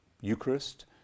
Eucharist